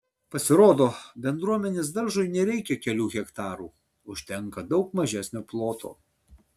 pasirodo bendruomenės daržui nereikia kelių hektarų užtenka daug mažesnio ploto